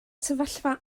sefyllfa